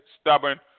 stubborn